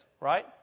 Right